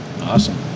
Awesome